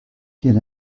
quel